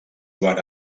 joan